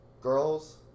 Girls